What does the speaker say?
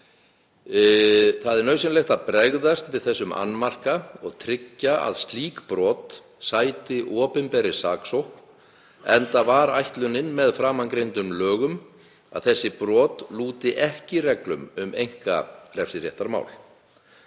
Það er nauðsynlegt að bregðast við þessum annmarka og tryggja að slík brot sæti opinberri saksókn enda var ætlunin með framangreindum lögum að þessi brot lúti ekki reglum um einkarefsiréttarmál.